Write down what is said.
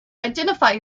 identify